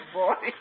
boy